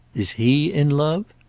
is he in love?